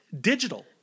digital